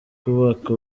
kubaka